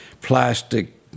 plastic